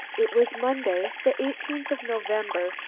it was monday, the eighteenth of november,